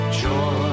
joy